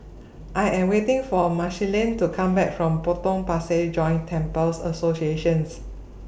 I Am waiting For Marceline to Come Back from Potong Pasir Joint Temples Association